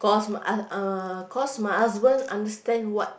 cause m~ uh uh cause my husband understand what